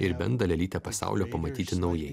ir bent dalelytę pasaulio pamatyti naujai